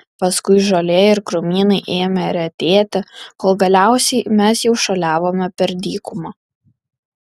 paskui žolė ir krūmynai ėmė retėti kol galiausiai mes jau šuoliavome per dykumą